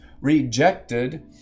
rejected